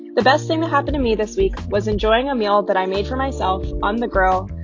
the best thing to happen to me this week was enjoying a meal that i made for myself on the grill,